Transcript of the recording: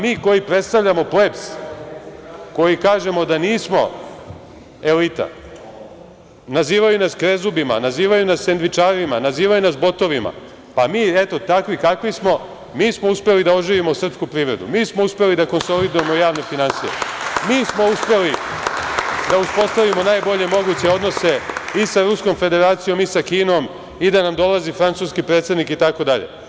Mi koji predstavljamo plebs, koji kažemo da nismo elita, nazivaju nas krezubima, nazivaju nas sendvičarima, nazivaju nas botovima, pa, mi, eto, takvi kakvi smo, mi smo uspeli da oživimo srpsku privredu, mi smo uspeli da konsolidujemo javne finansije, mi smo uspeli da uspostavimo najbolje moguće odnose i sa Ruskom Federacijom, i sa Kinom i da nam dolazi francuski predsednik itd.